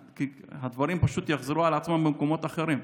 הדברים פשוט יחזרו על עצמם במקומות אחרים,